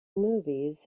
movies